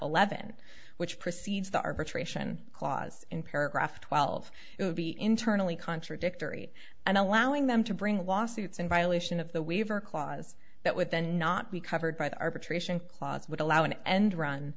eleven which precedes the arbitration clause in paragraph twelve it would be internally contradictory and allowing them to bring lawsuits in violation of the waiver clause that would then not be covered by the arbitration clause would allow an end run